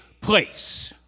place